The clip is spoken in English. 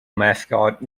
mascot